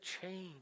change